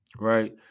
Right